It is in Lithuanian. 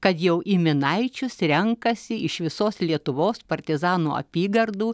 kad jau į minaičius renkasi iš visos lietuvos partizanų apygardų